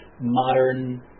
modern